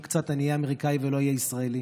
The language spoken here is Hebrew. קצת אני אהיה אמריקאי ולא אהיה ישראלי.